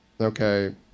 Okay